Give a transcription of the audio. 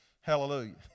Hallelujah